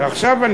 עכשיו.